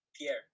Pierre